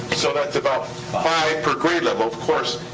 so that's about five per grade level. of course,